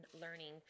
learning